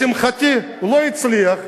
לשמחתי הוא לא הצליח,